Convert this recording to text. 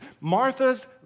Marthas